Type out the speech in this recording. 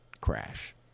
crash